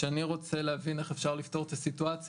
כשאני רוצה להבין איך אפשר לפתור את הסיטואציה,